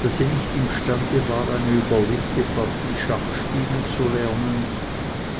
daß sie nicht imstande war eine überlegte partie schach spielen zu lernen